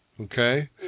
Okay